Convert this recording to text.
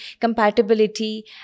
compatibility